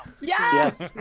Yes